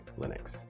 Linux